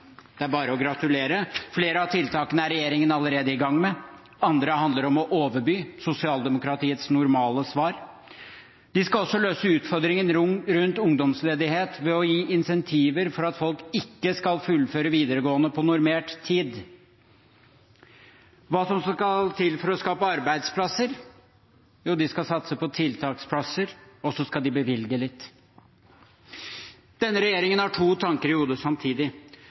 Det er bare å gratulere. Flere av tiltakene er regjeringen allerede i gang med. Andre handler om å overby – sosialdemokratiets normale svar. De skal også løse utfordringen rundt ungdomsledighet ved å gi incentiver for at folk ikke skal fullføre videregående på normert tid. Men hva skal så til for å skape arbeidsplasser? Jo, de skal satse på tiltaksplasser, og så skal de bevilge litt. Denne regjeringen har to tanker i hodet samtidig.